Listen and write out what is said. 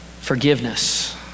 forgiveness